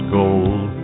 gold